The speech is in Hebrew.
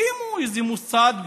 הקימו איזה מוסד באריאל,